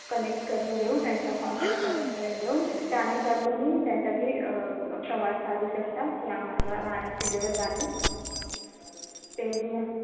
connect करून देऊ त्यांचा कॉन्टॅक्ट कनेक्ट करेन देऊन त्यानुसार तुम्ही त्यांच्याशी संवाद साधू शकता की आम्हाला राहण्याचे गरज आहे ते मी